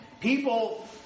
People